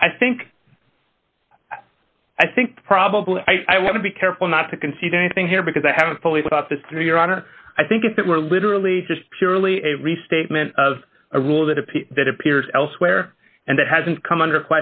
i think i think probably i would be careful not to concede anything here because i haven't fully thought this through your honor i think if it were literally just purely a restatement of a rule that a piece that appears elsewhere and that hasn't come under